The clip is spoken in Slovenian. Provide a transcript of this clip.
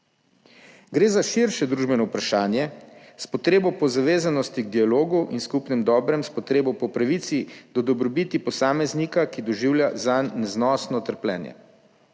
Gre za širše družbeno vprašanje, s potrebo po zavezanosti k dialogu in skupnem dobrem, s potrebo po pravici do dobrobiti posameznika, ki doživlja zanj neznosno trpljenje.